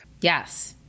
Yes